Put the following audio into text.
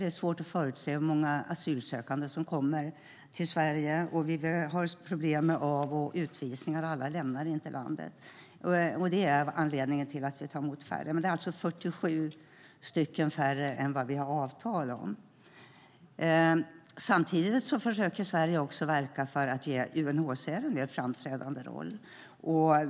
Det är svårt att förutse hur många asylsökande som kommer till Sverige. Vi har även problem med av och utvisningar. Alla lämnar inte landet. Det är anledningen till att vi tar emot färre, men det är alltså 47 personer färre än vad vi har avtal om. Samtidigt försöker Sverige också verka för att ge UNHCR en mer framträdande roll.